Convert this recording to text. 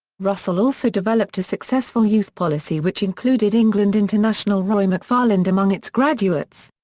russell also developed a successful youth policy which included england international roy mcfarland among its graduates.